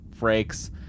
Frakes